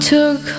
Took